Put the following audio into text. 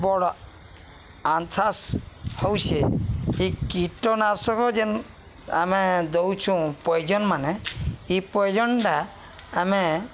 ବଡ଼ ଆନ୍ଥାସ ହଉଛେ ଏ କୀଟନାଶକ ଯେନ୍ ଆମେ ଦଉଛୁଁ ପଏଜନ ମାନେ ଏଇ ପଏଜନଟା ଆମେ